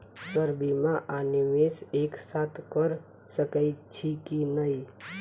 Sir बीमा आ निवेश एक साथ करऽ सकै छी की न ई?